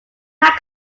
tight